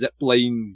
zipline